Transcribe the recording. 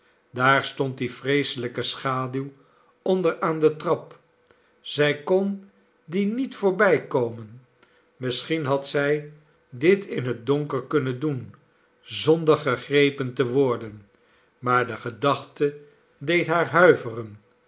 daar stond die vreeselijke schaduw onder aan de trap zij kon die niet voorbykomen misschien had zij dit in het donker kunnen doen zonder gegrepen te worden maar de gedachte deed haar huiveren